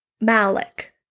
Malik